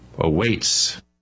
awaits